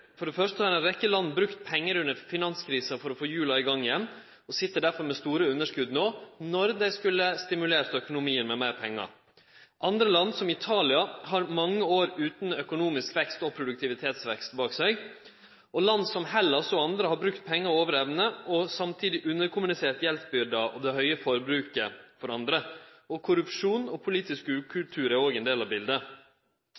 For det første har ei rekkje land brukt pengar under finanskrisa for å få hjula i gang igjen og sit derfor med store underskot no når dei skulle stimulert økonomien med meir pengar. Andre land, som Italia, har mange år utan økonomisk vekst og produktivitetsvekst bak seg. Land som Hellas og andre har brukt pengar over evne og samtidig underkommunisert gjeldsbyrda og det høge forbruket for andre. Korrupsjon og politisk